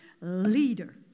leader